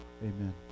Amen